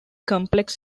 complex